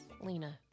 Lena